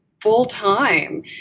full-time